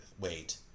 Wait